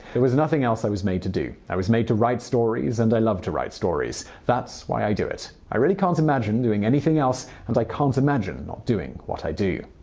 there was nothing else i was made to do. i was made to write stories and i love to write stories. stories. that's why i do it. i really can't imagine doing anything else and i can't imagine not doing what i do.